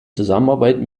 zusammenarbeit